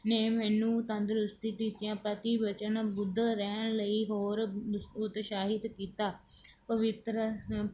ਨੇ ਮੈਨੂੰ ਤੰਦਰੁਸਤੀ ਟੀਚਿਆਂ ਪ੍ਰਤੀ ਵਚਨਬੱਧ ਰਹਿਣ ਲਈ ਹੋਰ ਉਤਸ਼ਾਹਿਤ ਕੀਤਾ ਪਵਿੱਤਰ